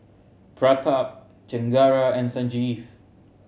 Pratap Chengara and Sanjeev